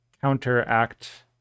counteract